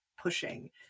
pushing